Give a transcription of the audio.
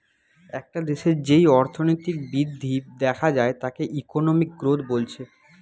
একটা দেশের যেই অর্থনৈতিক বৃদ্ধি দেখা যায় তাকে ইকোনমিক গ্রোথ বলছে